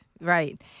Right